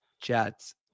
chats